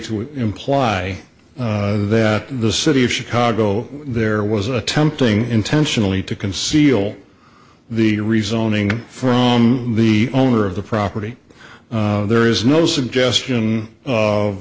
to imply that the city of chicago there was attempting intentionally to conceal the rezoning from the owner of the property there is no suggestion